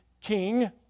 king